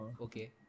okay